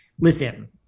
Listen